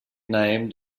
named